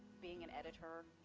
being an editor,